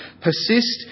persist